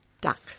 duck